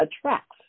attracts